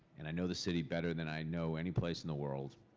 and i know the city better than i know any place in the world.